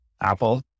Apple